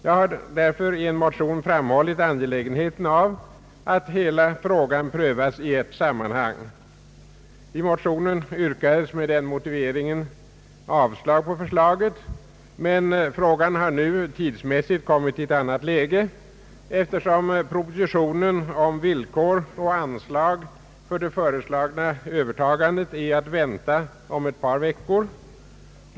Jag har därför i en motion framhållit angelägenheten av att hela frågan prövas i ett sammanhang. I motionen yrkades med den motiveringen avslag på förslaget. Men frågan har nu tidsmässigt kommit i ett annat läge, eftersom propositionen om villkor och anslag för det föreslagna övertagandet är att vänta om ett par veckor.